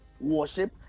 worship